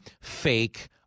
fake